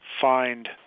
find